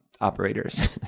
operators